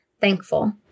thankful